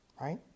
right